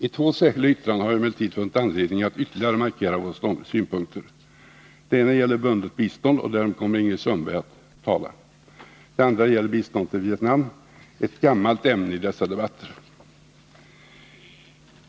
I två särskilda yttranden har vi emellertid funnit anledning att ytterligare markera våra synpunkter. Det ena gäller bundet bistånd, och därom kommer Ingrid Sundberg att tala. Det andra gäller biståndet till Vietnam — ett gammalt ämne i dessa debatter.